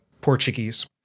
Portuguese